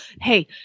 Hey